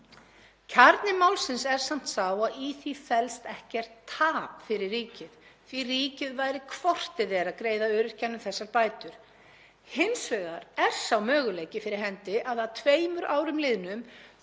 Kjarni málsins er samt sá að í því felst ekkert tap fyrir ríkið því ríkið væri hvort eð er að greiða öryrkjanum þessar bætur. Hins vegar er sá möguleiki fyrir hendi að að tveimur árum liðnum